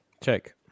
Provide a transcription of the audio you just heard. Check